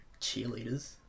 cheerleaders